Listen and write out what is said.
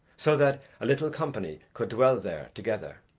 so that a little company could dwell there together.